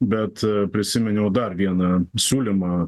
bet prisiminiau dar vieną siūlymą